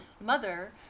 mother